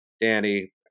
Danny